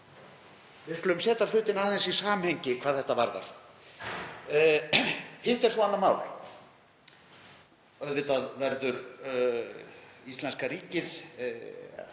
Við skulum setja hlutina aðeins í samhengi hvað það varðar. Hitt er svo annað mál að auðvitað verður íslenska ríkið